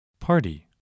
Party